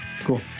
Cool